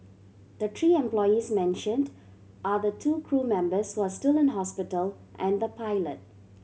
the three employees mentioned are the two crew members who are still in hospital and the pilot